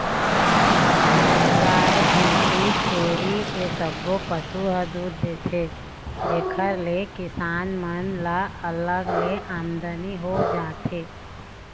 गाय, भइसी, छेरी ए सब्बो पशु ह दूद देथे जेखर ले किसान मन ल अलग ले आमदनी हो जाथे